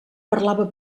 parlava